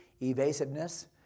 evasiveness